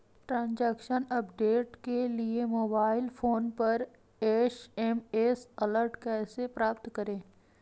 Transaction update के लिए mobile phone पर एस.एम.एस अलर्ट कैसे प्राप्त करें?